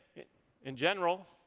in general,